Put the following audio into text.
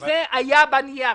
זה היה בנייר.